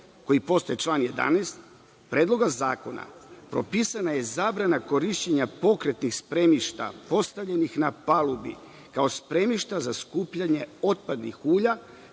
koji postaje član 11. predloga zakona propisana je zabrana korišćenja pokretnih spremišta postavljenih na palubi, kao spremišta za skupljanje otpadnih ulja,